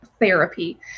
therapy